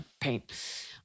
paint